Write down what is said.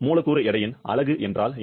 மூலக்கூறு எடையின் அலகு என்றால் என்ன